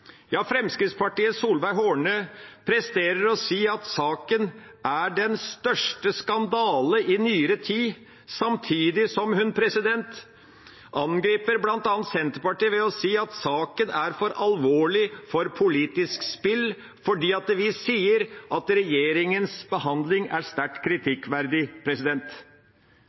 Ja, Fremskrittspartiets Solveig Horne presterte å si at saken er den største skandale i nyere tid samtidig som hun angriper bl.a. Senterpartiet, ved å si at saken er for alvorlig for politisk spill, fordi vi sier at regjeringas behandling er sterkt kritikkverdig.